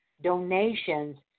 donations